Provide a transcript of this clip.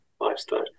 lifestyle